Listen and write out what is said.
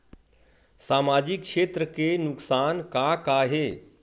सामाजिक क्षेत्र के नुकसान का का हे?